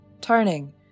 turning